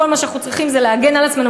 כל מה שאנחנו צריכים זה להגן על עצמנו,